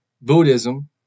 Buddhism